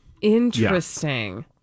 Interesting